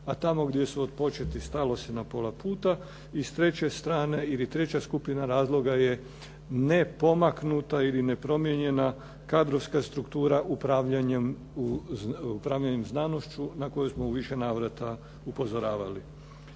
a tamo gdje su otpočeti stalo se na pola puta. I s treće strane ili treća skupina razloga je nepomaknuta ili nepromijenjena kadrovska struktura upravljanjem znanošću na koju smo u više navrata upozoravali.